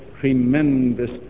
tremendous